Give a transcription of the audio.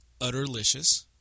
Utterlicious